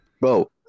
Bro